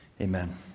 amen